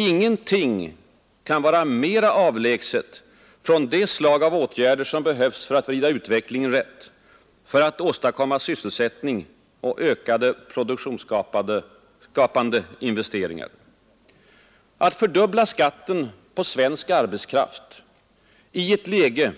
Ingenting kan vara mera avlägset från det slag av åtgärder som behövs för att vrida utvecklingen rätt — för att åstadkomma sysselsättning och ökade produktionsskapande investeringar. Att fördubbla skatten på svensk arbetskraft i ett läge